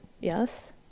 Yes